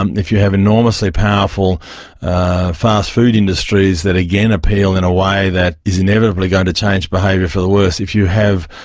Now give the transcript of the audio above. um if you have enormously powerful fast food industries that again appeal in a way that is inevitably going to change behaviour for the worse, if you have